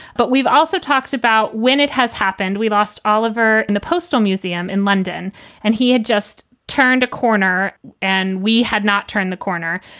but we've also talked about. when it has happened, we lost oliver in the postal museum in london and he had just turned a corner and we had not turned the corner.